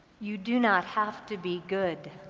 you do not have to be good.